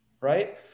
right